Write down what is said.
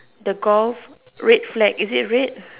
the golf red flag is it red